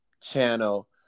channel